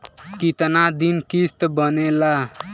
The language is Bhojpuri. कितना दिन किस्त बनेला?